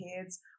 kids